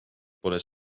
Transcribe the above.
pole